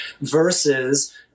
versus